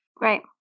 Right